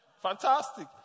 Fantastic